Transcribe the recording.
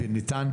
וניתן.